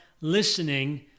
listening